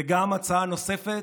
וגם הצעה נוספת: